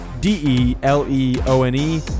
D-E-L-E-O-N-E